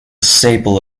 staple